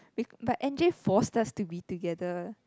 bec~ but N_J forced us to be together